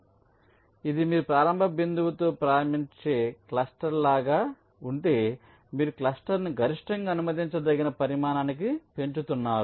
కాబట్టి ఇది మీరు ప్రారంభ బిందువుతో ప్రారంభించే క్లస్టర్ లాగా ఉంటే మీరు క్లస్టర్ను గరిష్టంగా అనుమతించదగిన పరిమాణానికి పెంచుతున్నారు